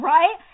Right